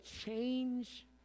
change